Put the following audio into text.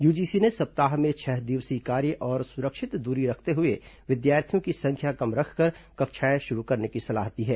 UGC ने सप्ताह में छह दिवसीय कार्य और सुरक्षित दूरी रखते हुए विद्यार्थियों की संख्या कम रखकर कक्षाएं शुरू करने की सलाह दी है